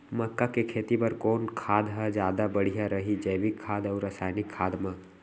मक्का के खेती बर कोन खाद ह जादा बढ़िया रही, जैविक खाद अऊ रसायनिक खाद मा?